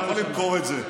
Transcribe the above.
אתה יכול למכור את זה.